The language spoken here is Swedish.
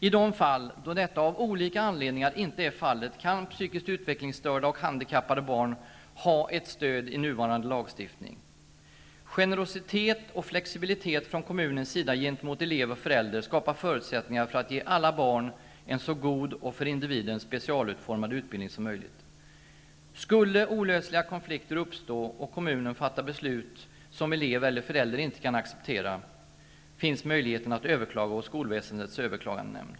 I de fall då detta av olika anledningar inte är fallet, kan psykiskt utvecklingsstörda och handikappade barn ha ett stöd i nuvarande lagstiftning. Generositet och flexibilitet från kommunens sida gentemot elev och förälder skapar förutsättningar för att ge alla barn en så god och för individen specialutformad utbildning som möjligt. Om olösliga konflikter skulle uppstå och om kommunen fattar beslut som elev eller förälder inte kan acceptera, finns möjligheten att överklaga hos skolväsendets överklagandenämnd.